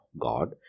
God